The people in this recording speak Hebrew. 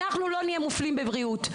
אנחנו לא נהיה מופלים בבריאות,